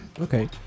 Okay